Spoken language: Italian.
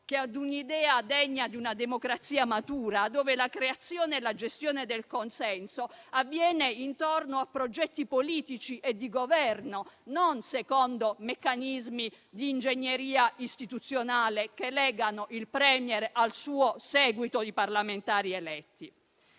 che ad un'idea degna di una democrazia matura, dove la creazione e la gestione del consenso avvengono intorno a progetti politici e di Governo, non secondo meccanismi di ingegneria istituzionale che legano il *Premier* al suo seguito di parlamentari eletti.